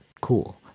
cool